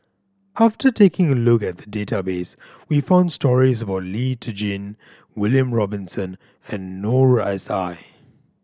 after taking a look at the database we found stories about Lee Tjin William Robinson and Noor S I